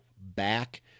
back